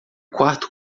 quarto